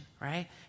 right